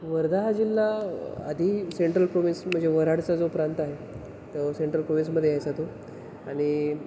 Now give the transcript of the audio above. वर्धा हा जिल्हा आधी सेंट्रल प्रोवेंस म्हणजे वऱ्हाडचा जो प्रांत आहे तो सेंट्रल प्रोविंसमध्ये यायचा तो आणि